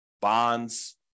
bonds